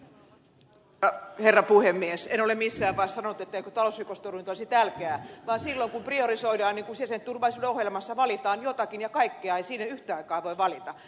en ole missään vaiheessa sanonut etteikö talousrikostorjunta olisi tärkeää vaan silloin kun priorisoidaan niin kuin sisäisen turvallisuuden ohjelmassa valitaan jotakin ja kaikkea ei sinne yhtä aikaa voi valita